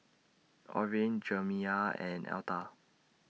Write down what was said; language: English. Orene Jerimiah and Elta